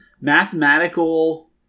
mathematical